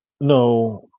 No